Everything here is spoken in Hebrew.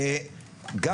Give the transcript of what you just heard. מילת סיכום, בבקשה.